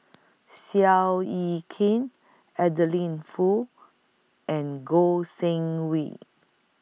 Seow Yit Kin Adeline Foo and Goh Seng Swee